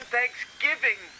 Thanksgiving